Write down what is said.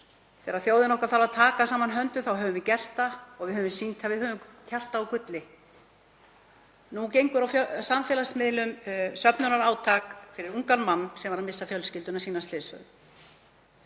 Þegar þjóðin okkar þarf að taka saman höndum höfum við gert það og við höfum sýnt að við höfum hjarta úr gulli. Nú gengur á samfélagsmiðlum söfnunarátak fyrir ungan mann sem var að missa fjölskyldu sína af slysförum.